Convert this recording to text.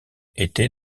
était